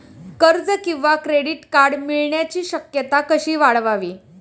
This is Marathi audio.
कर्ज किंवा क्रेडिट कार्ड मिळण्याची शक्यता कशी वाढवावी?